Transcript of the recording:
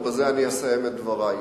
ובזה אני אסיים את דברי,